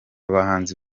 bahanzi